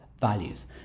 values